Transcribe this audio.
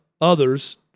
others